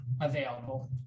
available